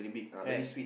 right